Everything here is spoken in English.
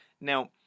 now